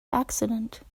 accident